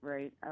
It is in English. Right